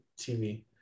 TV